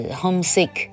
homesick